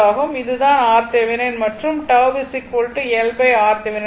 இது தான் RThevenin மற்றும் τ L RThevenin ஆகும்